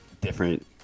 different